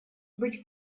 быть